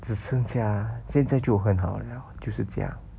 只剩下现在就很好了就是这样